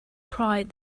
cried